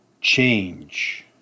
change